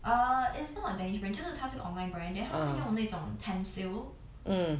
uh it's not a danish brand 就是他是个 online brand and then 它是用那种 tencel